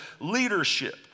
leadership